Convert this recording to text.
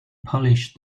polish